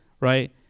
right